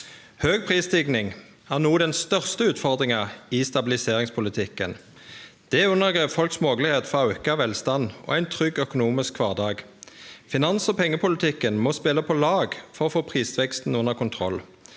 Høg prisstigning er no den største utfordringa i stabiliseringspolitikken. Det undergrev folks moglegheit for auka velstand og ein trygg økonomisk kvardag. Finans- og pengepolitikken må spele på lag for å få prisveksten under kontroll.